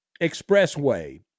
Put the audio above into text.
Expressway